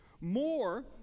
More